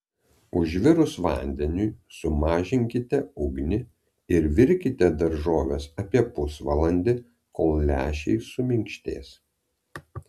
užvirus vandeniui sumažinkite ugnį ir virkite daržoves apie pusvalandį kol lęšiai suminkštės